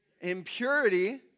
Impurity